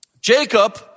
Jacob